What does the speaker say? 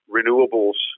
Renewables